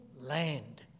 land